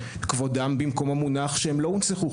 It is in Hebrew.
כבודם במקומם מונח שהם לא הונצחו.